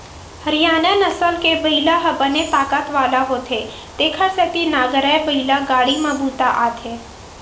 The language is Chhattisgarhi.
हरियाना नसल के बइला ह बने ताकत वाला होथे तेखर सेती नांगरए बइला गाड़ी म बूता आथे